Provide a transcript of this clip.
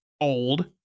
old